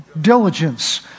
diligence